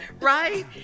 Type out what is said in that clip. right